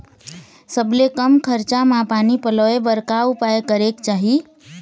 सबले कम खरचा मा पानी पलोए बर का उपाय करेक चाही?